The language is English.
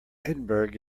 edinburgh